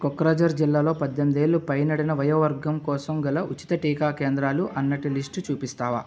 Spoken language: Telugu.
కొక్రాఝర్ జిల్లాలో పదేనిమిది ఏళ్ళు పైనడిన వయోవర్గం కోసం గల ఉచిత టీకా కేంద్రాలు అన్నటి లిస్టు చూపిస్తావా